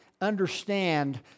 understand